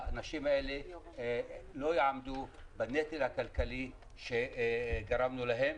הנשים האלה לא יעמדו בנטל הכלכלי שגרמנו להם.